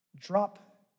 drop